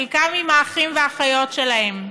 חלקם עם האחים והאחיות שלהם.